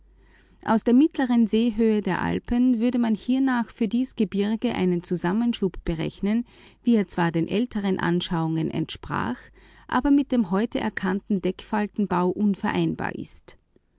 aus der mittleren seehöhe der alpen würde man hiernach für dies gebirge einen zusammenschub berechnen wie er zwar den älteren anschauungen entsprach aber mit dem heute erkannten deckfaltenbau unvereinbar ist